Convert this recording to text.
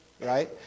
right